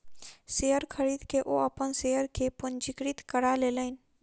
share खरीद के ओ अपन शेयर के पंजीकृत करा लेलैन